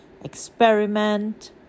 experiment